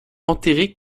enterré